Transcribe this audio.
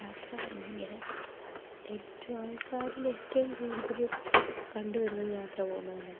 യാത്ര ഭയങ്കര സെറ്റപ്പാണ് ഏറ്റവും ആൾക്കാരിലേറ്റവും കൂടുതല് കണ്ടുവരുന്നത് യാത്ര പോകുന്നതു തന്നെയാണ്